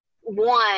one